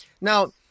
now